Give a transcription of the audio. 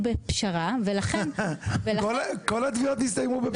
בפשרה -- כל התביעות נסתיימו בפשרה?